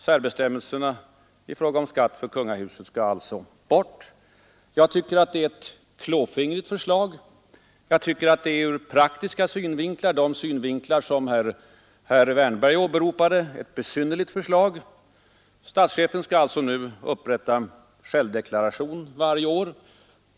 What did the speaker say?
Särbestämmelserna i fråga om skatt för kungahuset skall alltså tas bort. Jag tycker att det är ett klåfingrigt förslag och ur praktiska synvinklar, som herr Wärnberg åberopade, ett besynnerligt förslag. Statschefen skall nu upprätta självdeklaration varje år.